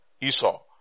Esau